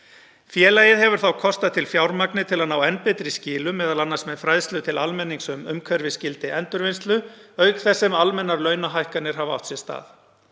Félagið hefur þá kostað til fjármagni til að ná enn betri skilum, m.a. með fræðslu til almennings um umhverfisgildi endurvinnslu, auk þess sem almennar launahækkanir hafa átt sér stað.